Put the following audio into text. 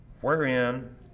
wherein